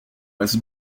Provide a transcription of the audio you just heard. was